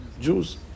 Jews